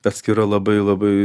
atskira labai labai